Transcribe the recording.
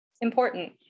important